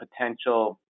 potential